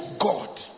God